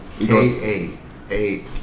K-A-A